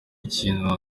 ikintu